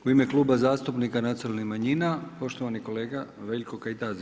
U ime Kluba zastupnika nacionalnih manjina poštovani kolega Veljko Kajtazi.